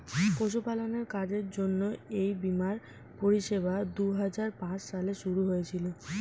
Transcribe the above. পশুপালনের কাজের জন্য এই বীমার পরিষেবা দুহাজার পাঁচ সালে শুরু হয়েছিল